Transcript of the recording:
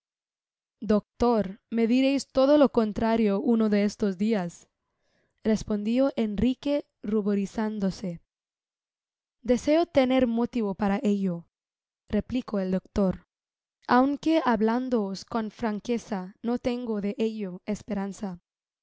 doctor me diréis toáo lo contrario uno de estos dias respondió enrique ruborizándose deseo tener motivo para ello replicó el doctor aunque habiéndoos con franqueza no tengo de ello esperanza